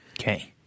Okay